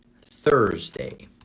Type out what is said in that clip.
Thursday